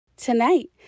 Tonight